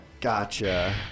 Gotcha